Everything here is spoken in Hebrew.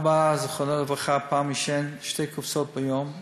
אבא, זיכרונו לברכה, עישן פעם שתי קופסאות ביום.